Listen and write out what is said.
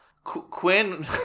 quinn